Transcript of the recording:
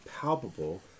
palpable